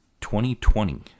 2020